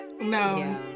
no